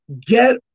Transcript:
get